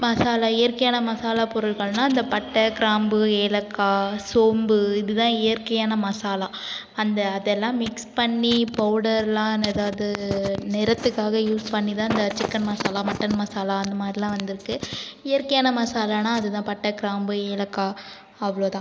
மசாலா இயற்கையான மசாலாப் பொருள்கள்னா இந்த பட்டை கிராம்பு ஏலக்காய் சோம்பு இது தான் இயற்கையான மசாலா அந்த அதெல்லாம் மிக்ஸ் பண்ணி பவுடர்லாம் நெதாது நிறத்துக்காக யூஸ் பண்ணி தான் இந்த சிக்கன் மசாலா மட்டன் மசாலா அந்த மாரிலாம் வந்துருக்கு இயற்கையான மசாலான்னா அதுதான் பட்டை கிராம்பு ஏலக்காய் அவ்ளோ தான்